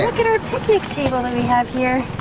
picnic table that we have here!